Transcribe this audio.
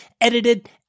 edited